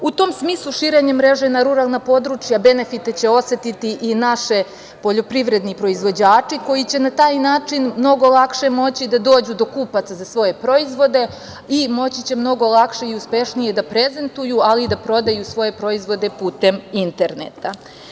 U tom smislu, širenje mreže na ruralna područja benefite će osetiti i naši poljoprivredni proizvođači koji će na taj način mnogo lakše moći da dođu do kupaca za svoje proizvode i moći će mnogo lakše i uspešnije da prezentuju, ali i da prodaju svoje proizvode putem interneta.